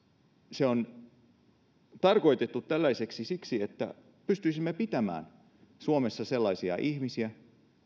se on tarkoitettu tällaiseksi siksi että pystyisimme pitämään suomessa sellaisia ihmisiä